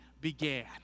began